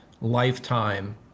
lifetime